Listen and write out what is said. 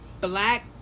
black